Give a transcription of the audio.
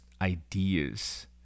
ideas